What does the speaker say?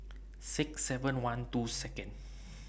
six seven one two Second